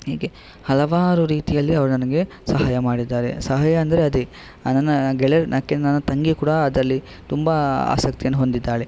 ಹೀಗೆ ಹಲವಾರು ರೀತಿಯಲ್ಲಿ ಅವರು ನನಗೆ ಸಹಾಯ ಮಾಡಿದ್ದಾರೆ ಸಹಾಯ ಅಂದರೆ ಅದೇ ನನ್ನ ಗೆಳೆಯರು ನಕ್ಕೆ ಅಂದರೆ ತಂಗಿ ಕೂಡ ಅದರಲ್ಲಿ ತುಂಬಾ ಆಸಕ್ತಿಯನ್ನು ಹೊಂದಿದ್ದಾಳೆ